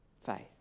faith